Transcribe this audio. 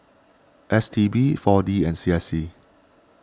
S T B four D and C S C